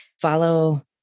follow